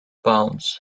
pounds